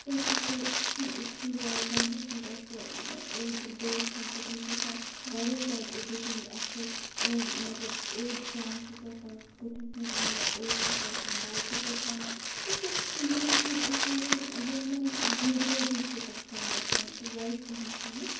تٔمۍ سُنٛد سُہ سُہ چھُنہٕ أکسٕے جایہِ کَمرَس مَنٛز آسہِ أڈۍ بٲتھن چھِ تٔمِس چھِ آسان واریاہ زیادٕ اٮ۪ڈِٹِنٛگ اَصل أڈۍ مَطلَب اوٚڈ سونٛگ چھُ سُہ آسان کُٹھِس مَنٛز وَنان اوٚڈ چھُ سُہ آسان بایکہِ پیٚٹھ وَنان تمہِ سۭتۍ چھُ سُہ مَلٹی تٔمۍ سٕنٛدٮ۪ن یِمَن ویٖڈیووٕز چھِ پَسَنٛد گَژھان تہٕ ووٚیسہِ ہِنٛز چھَنہٕ کَتھٕے